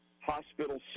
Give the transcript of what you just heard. hospital